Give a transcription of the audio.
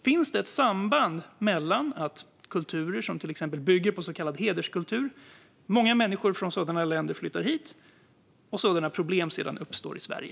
Finns det ett samband mellan att många människor flyttar hit från kulturer som till exempel bygger på så kallad hederskultur och att problem sedan uppstår i Sverige?